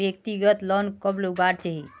व्यक्तिगत लोन कब लुबार चही?